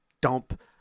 dump